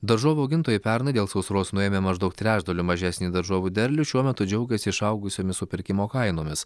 daržovių augintojai pernai dėl sausros nuėmę maždaug trečdaliu mažesnį daržovių derlių šiuo metu džiaugiasi išaugusiomis supirkimo kainomis